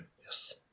yes